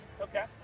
okay